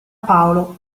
paolo